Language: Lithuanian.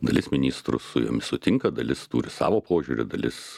dalis ministrų su jom sutinka dalis turi savo požiūrį dalis